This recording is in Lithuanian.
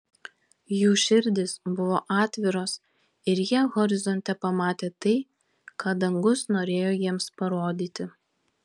jų širdys buvo atviros ir jie horizonte pamatė tai ką dangus norėjo jiems parodyti